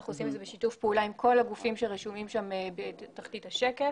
אנחנו עושים את זה בשיתוף פעולה עם כל הגופים שרשומים שם בתחתית השקף.